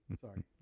sorry